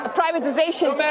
privatization